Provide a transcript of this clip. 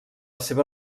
seva